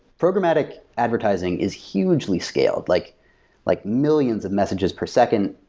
programmatic advertising is hugely scaled, like like millions of messages per second,